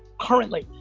currently.